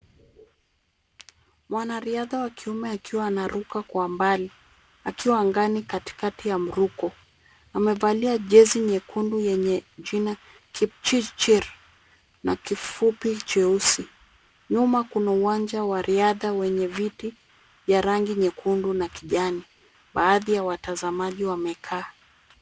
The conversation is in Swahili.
Mwanariadha wa kiume akiwa anaruka kwa mbali akiwa angani kati kati ya mruko. Amevalia jezi nyekundu yenye jina Kipchirchir na kifupi cheusi. Nyuma kuna uwanja wa riadha wenye viti vya rangi nyekundu na kijani. Baadhi ya watazamaji wamekaa.